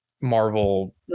marvel